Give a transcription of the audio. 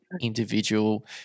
individual